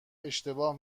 اشتباه